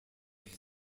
had